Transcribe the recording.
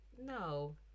no